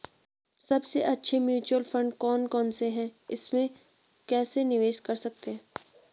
सबसे अच्छे mutual fund कौन कौनसे हैं इसमें कैसे निवेश कर सकते हैं?